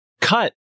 cut